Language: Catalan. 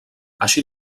així